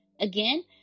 Again